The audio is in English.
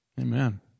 Amen